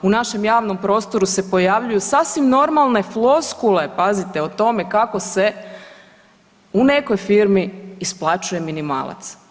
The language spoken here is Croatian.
U našem javnom prostoru se pojavljuju sasvim normalne floskule pazite o tome kako se u nekoj firmi isplaćuje minimalac.